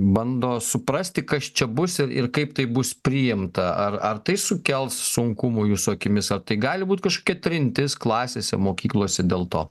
bando suprasti kas čia bus ir ir kaip tai bus priimta ar ar tai sukels sunkumų jūsų akimis ar tai gali būt kažkokia trintis klasėse mokyklose dėl to